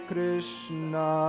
Krishna